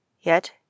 Yet